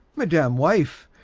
madam wife,